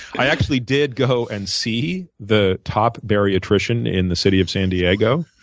i actually did go and see the top bariatrician in the city of san diego,